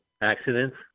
Accidents